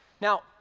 Now